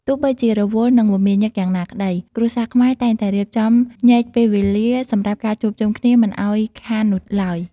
ទោះបីជារវល់ និងមមាញឹកយ៉ាងណាក្ដី គ្រួសារខ្មែរ តែងតែរៀបចំញែកពេលពេលវេលាសម្រាប់ការជួបជុំគ្នាមិនឱ្យខាននោះឡើយ។